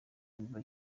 biba